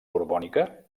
borbònica